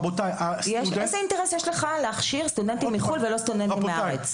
איזה אינטרס יש לך להכשיר סטודנטים מחו"ל ולא סטודנטים מהארץ?